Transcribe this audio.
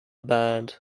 band